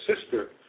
sister